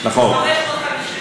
נכון.